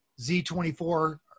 Z24